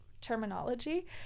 terminology